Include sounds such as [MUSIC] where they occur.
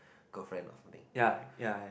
girlfriend of nick [NOISE]